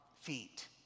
feet